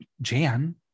jan